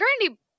currently